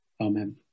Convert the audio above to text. Amen